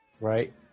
Right